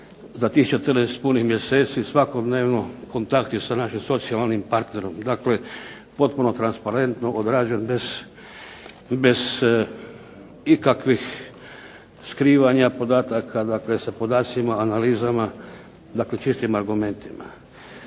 Za tih 14 punih mjeseci svakodnevno kontakt je sa našim socijalnim partnerom. Dakle, potpuno transparentno odrađen bez ikakvih skrivanja podataka, dakle sa podacima, analizama, dakle čistim argumentima.